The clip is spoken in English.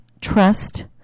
Trust